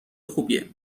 خوبیه